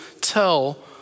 tell